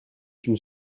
une